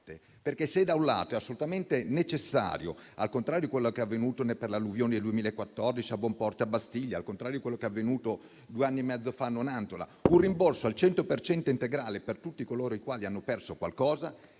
fatte. Se da un lato è assolutamente necessario, al contrario di quello che è avvenuto per l'alluvione del 2014 a Bomporto e a Bastiglia e al contrario di quello che avvenuto due anni e mezzo fa a Nonantola, un rimborso al 100 per cento integrale per tutti coloro i quali hanno perso qualcosa,